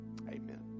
Amen